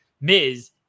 Miz